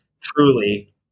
truly